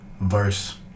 verse